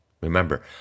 Remember